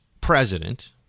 president